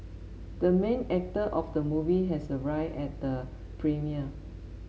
the main actor of the movie has arrived at the premiere